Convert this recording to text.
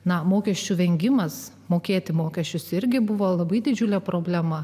na mokesčių vengimas mokėti mokesčius irgi buvo labai didžiulė problema